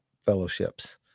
fellowships